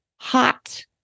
hot